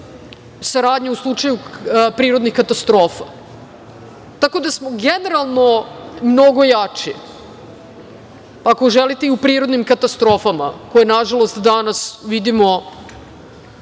saradnja u slučaju prirodnih katastrofa. Tako da smo generalno mnogo jači, ako želite i u prirodnim katastrofama, koje, nažalost danas vidimo skoro